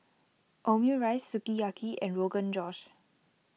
Omurice Sukiyaki and Rogan Josh